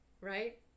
right